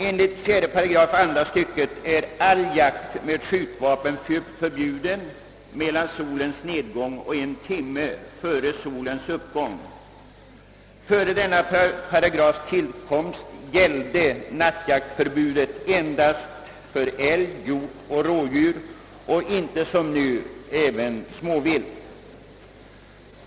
Enligt 4 § andra stycket är all jakt med skjutvapen förbjuden mellan solens nedgång och en timme före solens uppgång. Före denna paragrafs tillkomst gällde nattjaktsförbudet endast för älg, hjort och rådjur och inte som nu även småvilt.